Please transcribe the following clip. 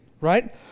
right